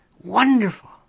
Wonderful